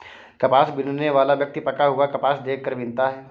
कपास बीनने वाला व्यक्ति पका हुआ कपास देख कर बीनता है